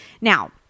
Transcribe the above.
Now